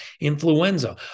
influenza